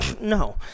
No